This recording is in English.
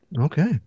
Okay